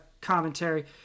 commentary